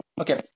Okay